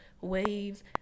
waves